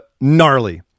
Gnarly